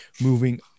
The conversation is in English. moving